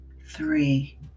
Three